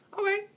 Okay